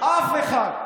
אף אחד.